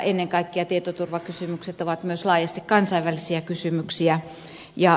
ennen kaikkea tietoturvakysymykset ovat myös laajasti kansainvälisiä kysymyksiä